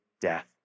death